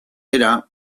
era